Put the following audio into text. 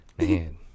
man